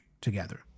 together